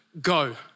go